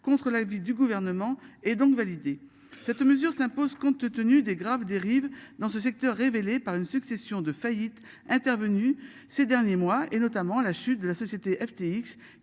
Contre l'avis du gouvernement et donc validé cette mesure s'impose, compte tenu des graves dérives dans ce secteur, révélé par une succession de. Intervenues ces derniers mois et notamment la chute de la société MTX